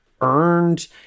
earned